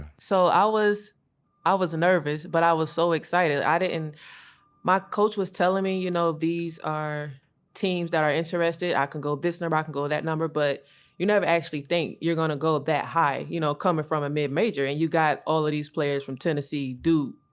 so i was i was nervous. but i was so excited. and and my coach was telling me, you know, these are teams that are interested. i can go this number, i can go that number. but you never actually think you're gonna go ah that high, you know, coming from a mid-major. and you got all of these players from tennessee, duke,